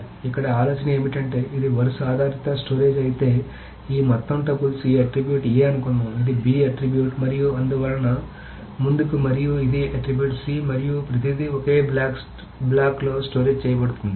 కాబట్టి ఇక్కడ ఆలోచన ఏమిటంటే ఇది వరుస ఆధారిత స్టోరేజ్ అయితే ఈ మొత్తం టపుల్స్ ఈ ఆట్రిబ్యూట్ A అనుకుందాం ఇది B ఆట్రిబ్యూట్ మరియు అందువలన అందువలన ముందుకు మరియు ఇది ఆట్రిబ్యూట్ C మరియు ప్రతిదీ ఒకే బ్లాక్లో స్టోరేజ్ చేయబడుతుంది